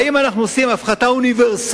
האם אנחנו עושים הפחתה אוניברסלית,